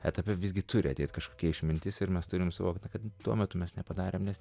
etape visgi turi ateit kažkokia išmintis ir mes turim suvokt kad tuo metu mes nepadarėm nes